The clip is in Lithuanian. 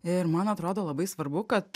ir man atrodo labai svarbu kad